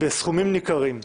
בסכומים ניכרים,